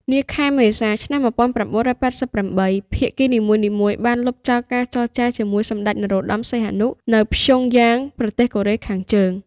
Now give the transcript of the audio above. នាខែមេសា ១៩៨៨ ភាគីនីមួយៗបានលុបចោលការចរចាជាមួយសម្ដេច នរោត្តមសីហនុ នៅព្យុងយ៉ាង ប្រទេសកូរ៉េខាងជើង។